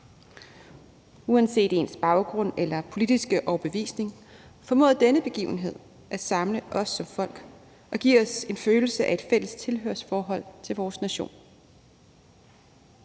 Uanset ens baggrund eller politiske overbevisning formåede denne begivenhed at samle os som folk og give os en følelse af et fælles tilhørsforhold til vores nation.